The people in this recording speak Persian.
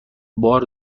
بار